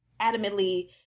adamantly